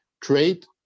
trade